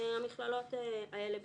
המכללות האלה בעיקר.